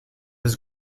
his